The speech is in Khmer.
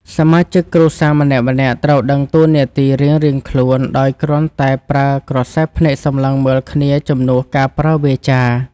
សមាជិកគ្រួសារម្នាក់ៗត្រូវដឹងតួនាទីរៀងៗខ្លួនដោយគ្រាន់តែប្រើក្រសែភ្នែកសម្លឹងមើលគ្នាជំនួសការប្រើវាចា។